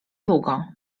długo